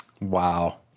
Wow